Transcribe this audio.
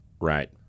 Right